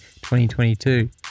2022